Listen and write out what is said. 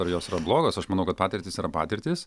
ar jos yra blogos aš manau kad patirtys yra patirtys